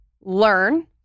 learn